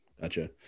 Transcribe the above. Gotcha